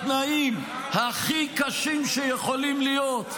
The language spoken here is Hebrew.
בתנאים הכי קשים שיכולים להיות,